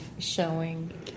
Showing